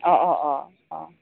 अ अ अ अ